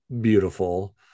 beautiful